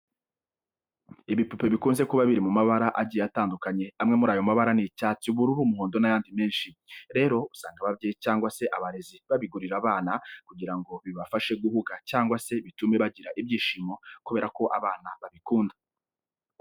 Ibipupe bikunze kuba biri mu mabara agiye atandukanye. Amwe muri ayo mabara ni icyatsi, ubururu, umuhondo n'ayandi menshi. Rero, usanga ababyeyi cyangwa se abarezi babigurira abana, kugira ngo bibafashe guhuga cyangwa se bitume bagira ibyishimo kubera ko abana babikunda.